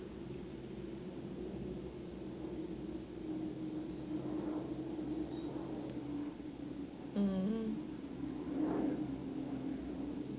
mm